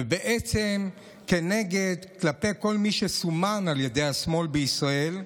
בעצם כלפי כל מי שסומן על ידי השמאל בישראל,